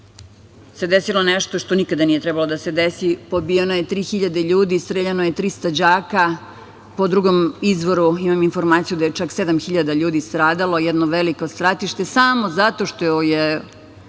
desilo nešto što nikada nije trebalo da se desi, pobijeno je 3.000 ljudi, streljano je 300 đaka. Po drugom izvoru, imam informaciju da je čak 7.000 ljudi stradalo. Jedno veliko stratište, a samo zato što je